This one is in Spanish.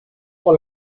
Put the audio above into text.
por